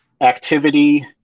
activity